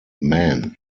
men